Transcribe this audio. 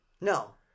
No